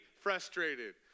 frustrated